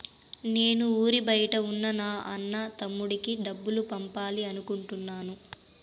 నేను ఊరి బయట ఉన్న నా అన్న, తమ్ముడికి డబ్బులు పంపాలి అనుకుంటున్నాను